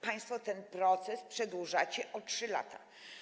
Państwo ten proces przedłużacie o 3 lata.